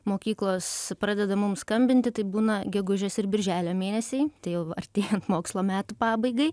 mokyklos pradeda mums skambinti tai būna gegužės ir birželio mėnesiai tai jau artėjant mokslo metų pabaigai